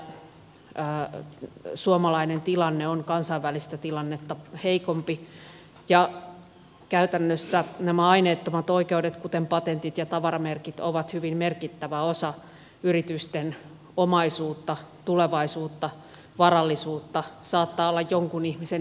tällä hetkellä suomalainen tilanne on kansainvälistä tilannetta heikompi ja käytännössä nämä aineettomat oikeudet kuten patentit ja tavaramerkit ovat hyvin merkittävä osa yritysten omaisuutta tulevaisuutta varallisuutta ja saattavat olla jonkun ihmisen elämäntyö